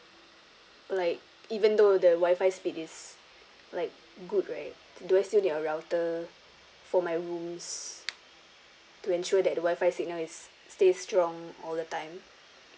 like even though the wi-fi speed is like good right do I still need a router for my rooms to ensure that the wi-fi signal is stay strong all the time